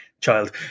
child